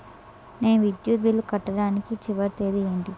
నేను విద్యుత్ బిల్లు కట్టడానికి చివరి తేదీ ఏంటి?